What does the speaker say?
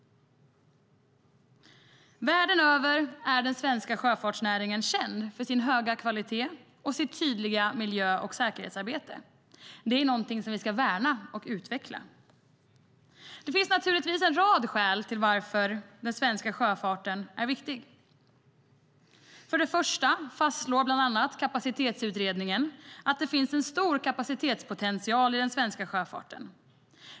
Världen över är den svenska sjöfartsnäringen känd för sin höga kvalitet och sitt tydliga miljö och säkerhetsarbete. Det är någonting som vi ska värna och utveckla. Det finns naturligtvis en rad skäl till att den svenska sjöfarten är viktig. För det första fastslår bland annat Kapacitetsutredningen att det finns en stor kapacitetspotential i den svenska sjöfarten.